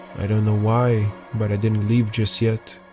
i don't know why but i didn't leave just yet